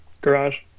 garage